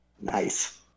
Nice